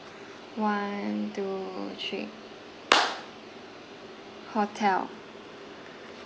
one two three hotel